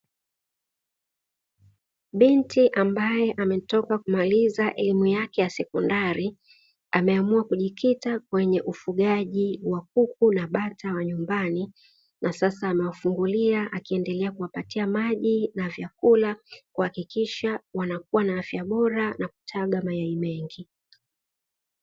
Binti ambaye ametoka kumaliza elimu ya sekondari, ameamua kujikita na ufugaji wa kuku na bata wa nyumbani. Na sasa anawafungulia akiendelea kuwapatia maji na vyakula kuhakikisha wanakuwa na afya bora pamoja na kutaga mayai mengi.